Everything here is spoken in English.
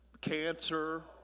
Cancer